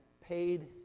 paid